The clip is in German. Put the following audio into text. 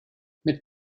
mit